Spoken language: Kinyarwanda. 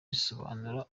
risobanura